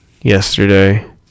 yesterday